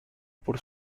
por